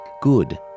good